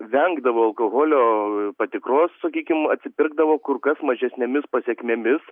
vengdavo alkoholio patikros sakykim atsipirkdavo kur kas mažesnėmis pasekmėmis